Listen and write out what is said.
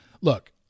Look